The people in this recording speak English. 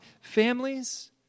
families